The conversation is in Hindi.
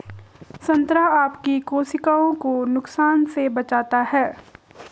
संतरा आपकी कोशिकाओं को नुकसान से बचाता है